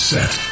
Set